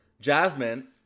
Jasmine